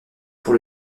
pour